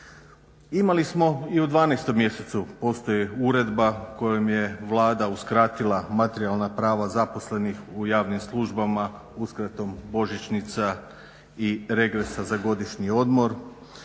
Imali smo i u 12 mjesecu, postoji uredba kojom je Vlada uskratila materijalna prava zaposlenih u javnim službama uskratom božićnica i regresa za godišnji odmor.